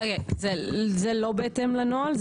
זה לא בהתאם לנוהל,